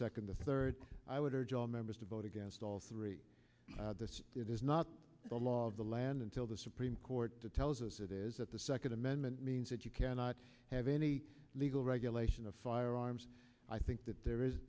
second the third i would urge all members to vote against all three this is not the law of the land until the supreme court tells us it is at the second amendment means that you cannot have any legal regulation of firearms i think that there is